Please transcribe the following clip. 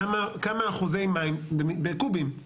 כמה אחוזי מים בקובים,